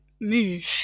move